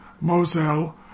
Moselle